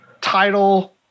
title